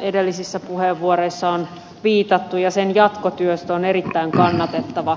edellisissä puheenvuoroissa on viitattu ja sen jatkotyö on erittäin kannatettava